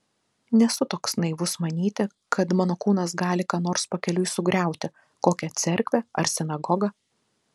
nesu toks naivus manyti kad mano kūnas gali ką nors pakeliui sugriauti kokią cerkvę ar sinagogą